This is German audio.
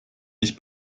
mich